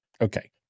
okay